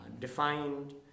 defined